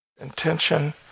Intention